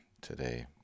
today